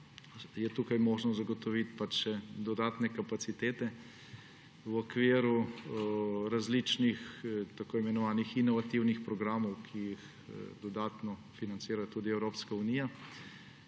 je tukaj možno zagotoviti še dodatne kapacitete v okviru različnih tako imenovanih inovativnih programov, ki jih dodatno financira tudi Evropske unija